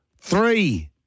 three